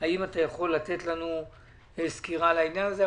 אם אתה יכול לתת לנו סקירה על העניין הזה.